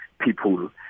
people